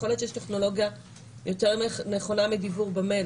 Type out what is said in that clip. יכול להיות שיש טכנולוגיה יותר נכונה מדיוור במייל,